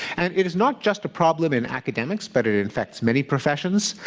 and it is not just a problem in academics, but it infects many professions.